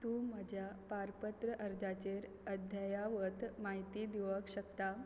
तूं म्हज्या पारपत्र अर्जाचेर अद्यावत म्हायती दिवूंक शकता